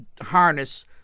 harness